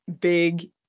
big